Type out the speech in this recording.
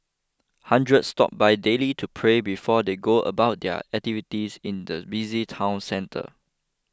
hundreds stop by daily to pray before they go about their activities in the busy town centre